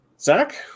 Zach